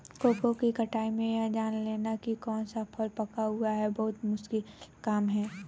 cocoa की कटाई में यह जान लेना की कौन सा फल पका हुआ है बहुत मुश्किल काम है